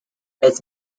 its